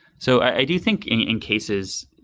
so i do think in cases,